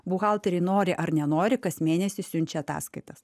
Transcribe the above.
buhalteriai nori ar nenori kas mėnesį siunčia ataskaitas